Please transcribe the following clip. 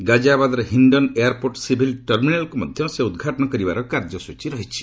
ଗାଜିଆବାଦ୍ର Hindon airport civil ଟର୍ମିନାଲ୍କୁ ମଧ୍ୟ ସେ ଉଦ୍ଘାଟନ କରିବାର କାର୍ଯ୍ୟସଚୀ ରହିଛି